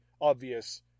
obvious